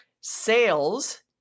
Sales